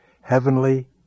heavenly